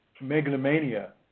megalomania